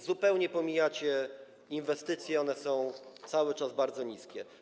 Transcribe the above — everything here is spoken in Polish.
Zupełnie pomijacie inwestycje, one są cały czas bardzo niskie.